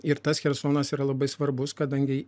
ir tas chersonas yra labai svarbus kadangi